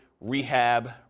rehab